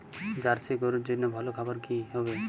Jersey গরুর জন্য ভালো খাবার কি হবে?